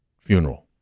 funeral